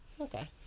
Okay